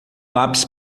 lápis